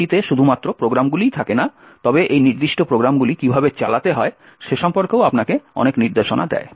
যেটিতে শুধুমাত্র প্রোগ্রামগুলিই থাকে না তবে এই নির্দিষ্ট প্রোগ্রামগুলি কীভাবে চালাতে হয় সে সম্পর্কে আপনাকে অনেক নির্দেশনাও দেয়